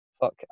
fuck